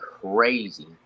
crazy